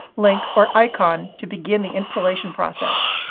link, or icon to begin the installation process.